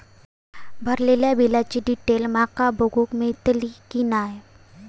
भरलेल्या बिलाची डिटेल माका बघूक मेलटली की नाय?